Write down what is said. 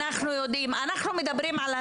אנחנו יודעים טוב מאוד.